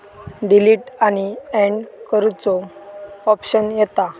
delete आणि and करुचो option येता